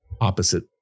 opposite